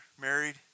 married